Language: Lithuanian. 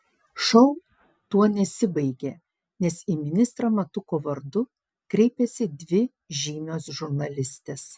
šou tuo nesibaigia nes į ministrą matuko vardu kreipiasi dvi žymios žurnalistės